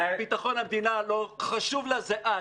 וביטחון המדינה לא חשוב לה זה את.